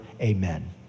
Amen